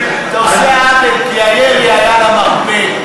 אתה עושה עוול, כי הירי היה על המרפק.